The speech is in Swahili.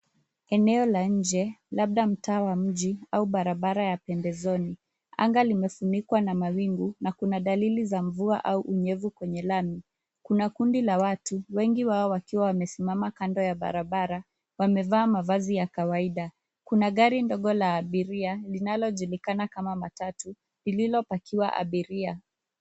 Eneo la nje, labda mtaa wa mji, au barabara ya pembezoni. Anga limefunikwa na mawingu, na kuna dalili za mvua au unyevu kwenye lami. Kuna kundi la watu, wengi wao wakiwa wamesimama kando ya barabara, wamevaa mavazi ya kawaida. Kuna gari ndogo la abiria, linalojulikana kama matatu, lililopakiwa abiria.